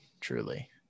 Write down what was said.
truly